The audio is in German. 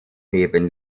neben